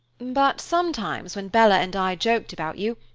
but sometimes when bella and i joked about you,